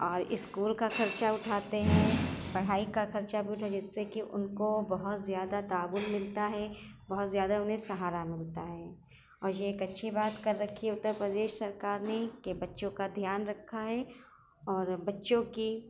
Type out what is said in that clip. اور اسکول کا خرچہ اٹھاتے ہیں پڑھائی کا خرچہ بھی اٹھ جس سے کہ ان کو بہت زیادہ تعاون ملتا ہے بہت زیادہ انہیں سہارا ملتا ہے اور یہ ایک اچھی بات کر رکھی ہے اترپردیش سرکار نے کہ بچوں کا دھیان رکھا ہے اور بچوں کی